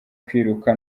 kwiruka